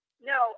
no